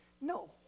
No